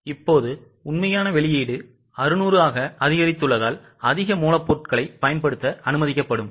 இப்போது உண்மையான வெளியீடு 600 ஆக அதிகரித்துள்ளதால் அதிக மூலப்பொருட்களைப் பயன்படுத்த அனுமதிக்கப்படும்